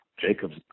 Jacobs